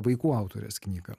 vaikų autorės knygą